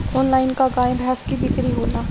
Online का गाय भैंस क बिक्री होला?